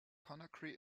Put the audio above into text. conakry